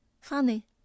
Funny